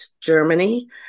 Germany